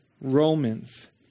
Romans